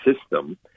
system